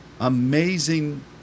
amazing